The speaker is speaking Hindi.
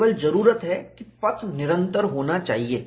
केवल जरूरत है कि पथ निरंतर होना चाहिए